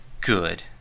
good